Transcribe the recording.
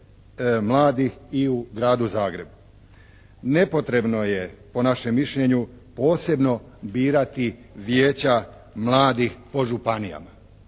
mladih i u Gradu Zagrebu. Nepotrebno je po našem mišljenju posebno birati Vijeća mladih po županijama.